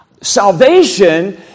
Salvation